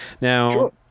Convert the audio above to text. Now